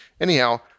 anyhow